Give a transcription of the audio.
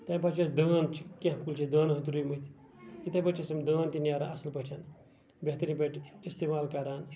تَمہِ پَتہٕ چھِ أسۍ دٲن کیٚنٛہہ کُلۍ چھِ اَسہِ دٲنن ہِندۍ تہِ رُومٕتۍ یِتھٕے پٲٹھۍ چھِ اَسہِ یِم دٲنۍ تہِ نیران اَصٕل پٲٹھۍ بہتریٖن پٲٹھی اِستعمال کران